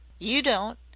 you don't,